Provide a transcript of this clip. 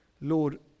Lord